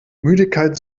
müdigkeit